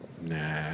nah